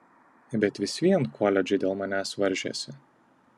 bet vis vien koledžai dėl manęs varžėsi